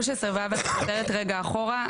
13 ו' אני חוזרת רגע אחורה.